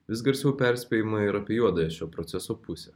vis garsiau perspėjama ir apie juodąją šio proceso pusę